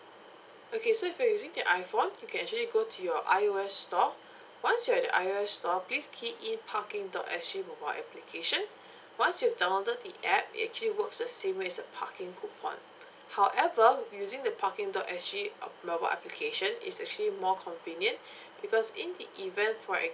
okay so if you're using the I phone you can actually go to your I_O_S store once you are at the I_O_S store please key in parking dot S G mobile application once you have downloaded the app it actually works the same way as a parking coupon however using the parking dot S G a~ mobile application is actually more convenient because in the event for